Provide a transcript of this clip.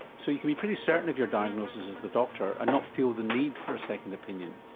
so you can be pretty certain of your diagnosis as the doctor and not feel the need for a second opinion.